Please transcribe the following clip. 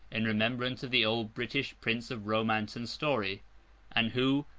in remembrance of the old british prince of romance and story and who,